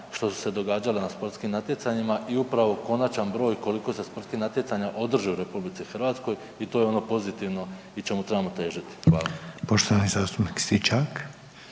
što su se događali na sportskim natjecanjima i upravo konačan broj koliko se sportskih natjecanja održi u RH i to je ono pozitivno i čemu trebamo težiti. Hvala.